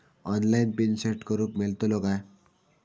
Online PIN set करूक मेलतलो काय?